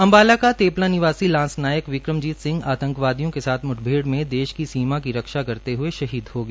अम्बाला का तेपला निवासी लांस नायक विक्रमजीत सिंह हो आंतकवादियों के साथ म्ठभेड़ में देश की रक्षा करते शहीद हो गया